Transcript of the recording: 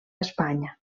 espanya